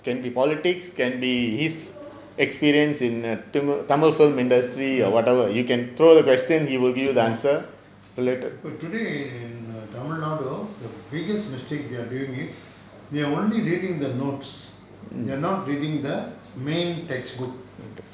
ஆமா இப்ப:aama ippa today in tamilnadu the biggest mistake they are doing is they only reading the notes they are not reading the main textbook